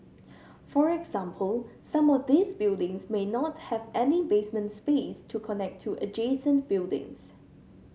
for example some of these buildings may not have any basement space to connect to adjacent buildings